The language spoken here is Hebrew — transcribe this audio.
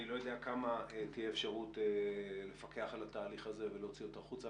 אני לא יודע כמה תהיה אפשרות לפקח על התהליך הזה ולהוציא אותו החוצה,